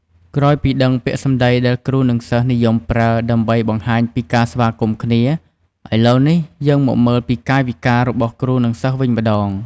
ក្រោយពីដឹងពីពាក្យសម្ដីដែលគ្រូ និងសិស្សនិយមប្រើដើម្បីបង្ហាញពីការស្វាគមន៍គ្នា ឥឡូវយើងមកមើលពីកាយវិការរបស់គ្រូ និង សិស្សវិញម្ដង។